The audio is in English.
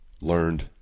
learned